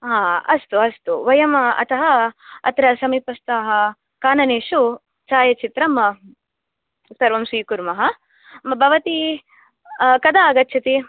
आम् अस्तु अस्तु वयम् अतः अत्र समीपस्थः काननेषु छायाचित्रं सर्वं स्वीकुर्मः भवती कदा आगच्छति